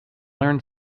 learn